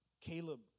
Caleb